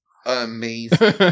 Amazing